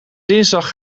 dinsdag